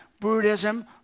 Buddhism